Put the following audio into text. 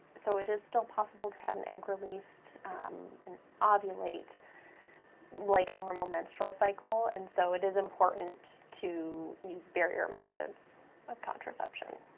so it is still possible to have an egg released um and um ovulate like a normal menstrual cycle, and so it is important to use barrier methods of contraception.